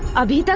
of you